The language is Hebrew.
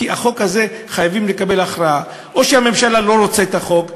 כי בחוק הזה חייבים לקבל הכרעה: או שהממשלה לא רוצה את החוק,